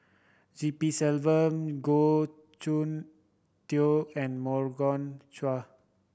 G P Selvam Goh Soon Tioe and Morgan Chua